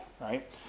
right